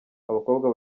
abakobwa